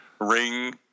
ring